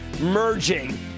merging